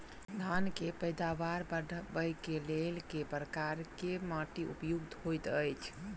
धान केँ पैदावार बढ़बई केँ लेल केँ प्रकार केँ माटि उपयुक्त होइत अछि?